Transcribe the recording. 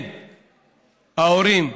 ההורים,